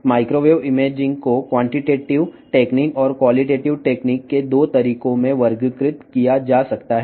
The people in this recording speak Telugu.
మైక్రోవేవ్ ఇమేజింగ్ను పరిమాణాత్మక పద్ధతులు మరియు గుణాత్మక పద్ధతులకు 2 మార్గాలుగా వర్గీకరించవచ్చు